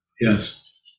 Yes